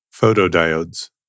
Photodiodes